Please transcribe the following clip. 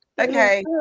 okay